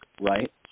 right